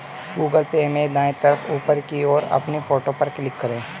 Google Pay में दाएं तरफ ऊपर की ओर अपनी फोटो पर क्लिक करें